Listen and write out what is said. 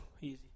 easy